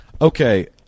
Okay